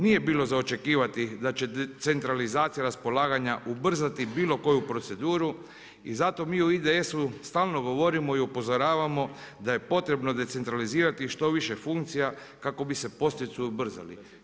Nije bilo za očekivati da će centralizacija raspolaganja ubrzati bilo koju proceduru i zato mi u IDS-u stalno govorimo i upozoravamo da je potrebno decentralizirati što više funkcija kako bi se postupci ubrzali.